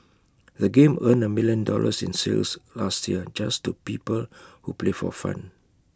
the game earned A million dollars in sales last year just to people who play for fun